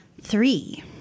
three